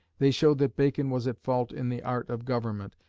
they showed that bacon was at fault in the art of government,